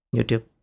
YouTube